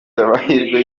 amahirwe